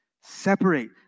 Separate